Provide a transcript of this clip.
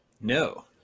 no